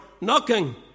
knocking